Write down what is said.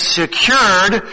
secured